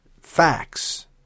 facts